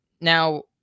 now